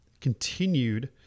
Continued